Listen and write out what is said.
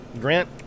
Grant